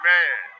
Man